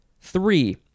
Three